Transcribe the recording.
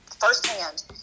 firsthand